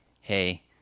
hey